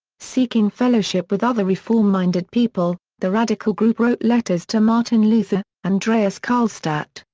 seeking fellowship with other reform-minded people, the radical group wrote letters to martin luther, andreas karlstadt,